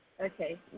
Okay